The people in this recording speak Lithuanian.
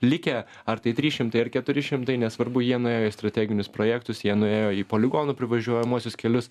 likę ar tai trys šimtai ar keturi šimtai nesvarbu jie nuėjo į strateginius projektus jie nuėjo į poligonų privažiuojamuosius kelius